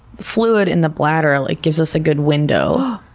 fluid in the bladder like gives us a good window.